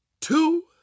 two